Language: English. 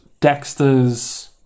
Dexter's